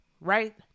right